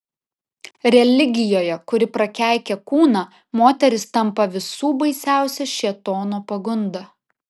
religijoje kuri prakeikia kūną moteris tampa visų baisiausia šėtono pagunda